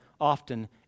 often